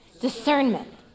Discernment